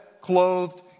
clothed